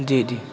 جی جی